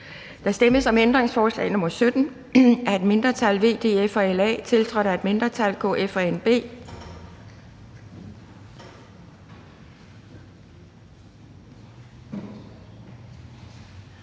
Så stemmer vi om ændringsforslag nr. 1 af et mindretal (EL), tiltrådt af et mindretal (SF,